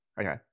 Okay